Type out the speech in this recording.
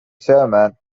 chairman